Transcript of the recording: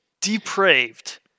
depraved